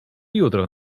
jutro